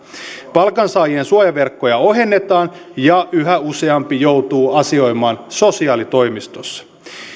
palkansaajien suojaverkkoja ohennetaan ja yhä useampi joutuu asioimaan sosiaalitoimistossa